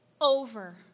over